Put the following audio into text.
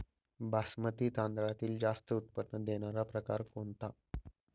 बासमती तांदळातील जास्त उत्पन्न देणारा प्रकार कोणता?